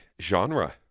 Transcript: genre